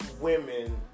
women